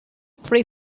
free